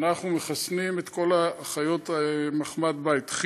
אנחנו מחסנים את כל החיות המחמד והבית,